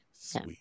Sweet